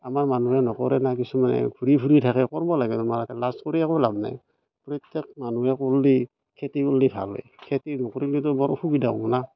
আমাৰ মানুহে নকৰে না কিছুমান ঘূৰি চুৰি থাকে কৰিব লাগে আমাৰ এটা লাজ কৰি একো লাভ নাই প্ৰত্যেক মানুহে কৰিলে খেতি কৰিলে ভাল হয় খেতি নকৰিলেতো বৰ অসুবিধা হ'ব না